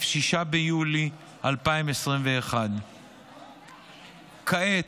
6 ביולי 2021. כעת,